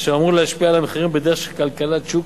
אשר אמור להשפיע על המחירים בדרך של כלכלת שוק,